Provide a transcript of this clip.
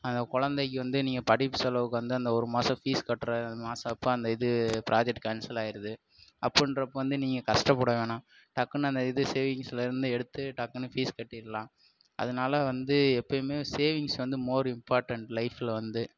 அந்த குழந்தைக்கு வந்து நீங்கள் படிப்பு செலவுக்கு வந்து அந்த ஒரு மாசம் ஃபீஸ் கட்டுற மாசப்ப அந்த இது ப்ராஜெக்ட் கேன்சலாயிடுது அப்புடின்றப்ப வந்து நீங்கள் கஷ்டப்பட வேணாம் டக்குனு அந்த இது சேவிங்ஸ்லேருந்து எடுத்து டக்குனு ஃபீஸ் கட்டிடலாம் அதனால வந்து எப்பயுமே சேவிங்ஸ் வந்து மோர் இம்பார்ட்டன்ட் லைஃப்பில் வந்து